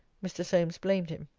mr. solmes blamed him.